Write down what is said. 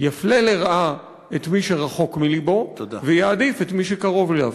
יפלה לרעה את מי שרחוק מלבו ויעדיף את מי שקרוב אליו.